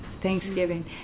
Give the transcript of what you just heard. thanksgiving